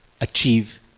achieve